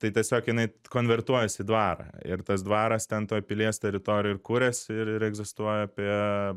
tai tiesiog jinai konvertuojasi į dvarą ir tas dvaras ten toj pilies teritorijoj ir kuriasi ir ir egzistuoja apie